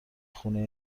خونه